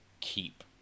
keep